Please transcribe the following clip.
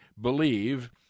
believe